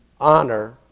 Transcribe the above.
honor